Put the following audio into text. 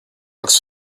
walked